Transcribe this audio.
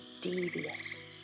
devious